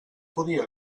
podia